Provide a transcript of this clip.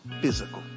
physical